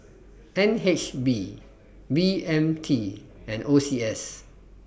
N H B B M T and O C S